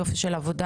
יופי של עבודה,